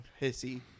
hissy